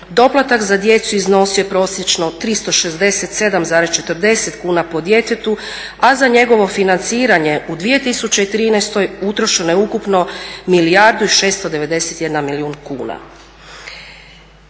Doplatak za djecu iznosio je prosječno 367,40 kuna po djetetu, a za njegovo financiranje u 2013.utrošeno je ukupno milijardu